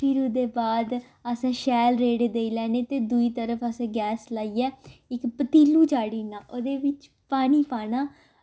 फिर ओह्दे बाद असें शैल रेड़े देई लैने ते दुई तरफ गैस लाइयै इक पतीलु चाढ़ी ओड़ना ओह्दे बिच्च पानी पाना